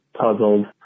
puzzled